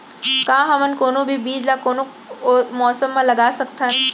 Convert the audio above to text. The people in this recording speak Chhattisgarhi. का हमन कोनो भी बीज ला कोनो मौसम म लगा सकथन?